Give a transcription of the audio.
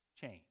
change